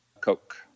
Coke